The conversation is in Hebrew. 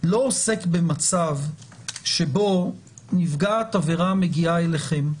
לא עוסק במצב שבו נפגעת עבירה מגיעה אליכם,